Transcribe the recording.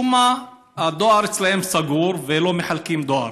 משום מה הדואר אצלם סגור ולא מחלקים דואר.